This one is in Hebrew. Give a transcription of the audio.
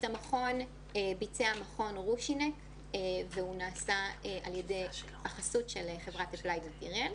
הדוח בוצע על ידי מכון רושינק בחסות חברת Applied Materials.